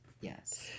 Yes